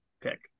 pick